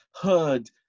heard